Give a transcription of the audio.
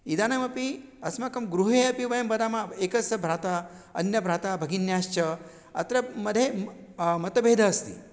इदानीमपि अस्माकं गृहे अपि वयं वदामः एकस्य भ्राता अन्यभाता भगिन्याश्च अत्र मध्ये मतभेदः अस्ति